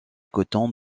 coton